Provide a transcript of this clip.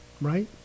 right